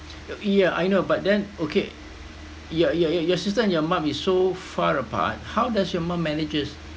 yeah I know but then okay your your your sister and your mum is so far apart how does your mum manages